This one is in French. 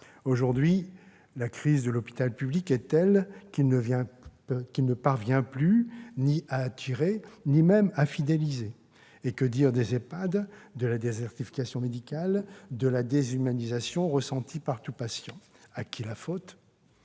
Aujourd'hui, la crise de l'hôpital public est telle qu'il ne parvient plus ni à attirer ni même à fidéliser. Et que dire des EHPAD, de la désertification médicale et de la déshumanisation ressentie par tout patient ? À qui la faute ?